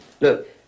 Look